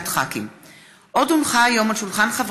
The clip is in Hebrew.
הצעת חוק